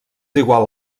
igual